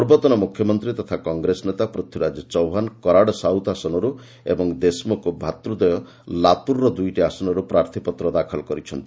ପୂର୍ବତନ ମୁଖ୍ୟମନ୍ତ୍ରୀ ତଥା କଂଗ୍ରେସ ନେତା ପୂଥ୍ୱୀରାଜ ଚୌହାନ୍ କରାଡ଼ ସାଉଥ୍ ଆସନରୁ ଓ ଦେଶମୁଖ ଭ୍ରାତୃଦ୍ୱୟ ଲାତୁର୍ର ଦୁଇଟି ଆସନରୁ ପ୍ରାର୍ଥୀପତ୍ର ଦାଖଲ କରିଛନ୍ତି